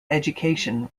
education